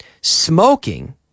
smoking